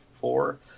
four